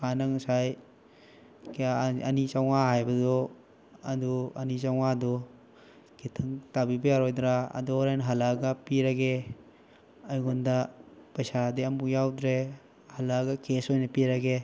ꯀꯀꯥꯅ ꯉꯁꯥꯏ ꯀꯌꯥ ꯑꯅꯤ ꯆꯝꯃꯉꯥ ꯍꯥꯏꯕꯗꯣ ꯑꯗꯣ ꯑꯅꯤ ꯆꯝꯃꯉꯥꯗꯣ ꯈꯤꯇꯪ ꯇꯥꯕꯤꯕ ꯌꯥꯔꯣꯏꯗ꯭ꯔꯥ ꯑꯗꯣ ꯍꯣꯔꯦꯟ ꯍꯜꯂꯛꯑꯒ ꯄꯤꯔꯒꯦ ꯑꯩꯉꯣꯟꯗ ꯄꯩꯁꯥꯗꯤ ꯑꯃꯐꯥꯎ ꯌꯥꯎꯗ꯭ꯔꯦ ꯍꯜꯂꯛꯑꯒ ꯀꯦꯁ ꯑꯣꯏꯅ ꯄꯤꯔꯒꯦ